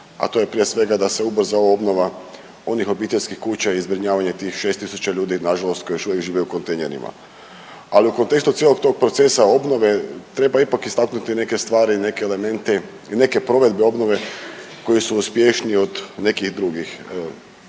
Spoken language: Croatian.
a to je prije svega da se ubrza ona obnova onih obiteljskih kuća i zbrinjavanje tih 6000 ljudi na žalost koji još uvijek žive u kontejnerima. Ali u kontekstu cijelog tog procesa obnove treba ipak istaknuti neke stvari, neke elemente, neke provedbe obnove koji su uspješniji od nekih drugih.